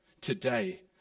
today